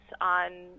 on